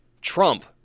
Trump